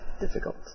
difficult